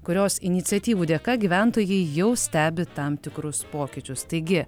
kurios iniciatyvų dėka gyventojai jau stebi tam tikrus pokyčius taigi